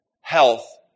health